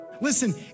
Listen